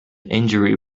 injury